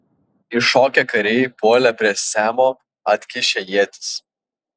iššokę kariai puolė prie semo atkišę ietis